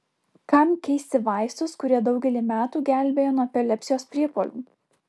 kam keisti vaistus kurie daugelį metų gelbėjo nuo epilepsijos priepuolių